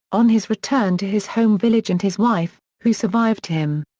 on his return to his home village and his wife, who survived him.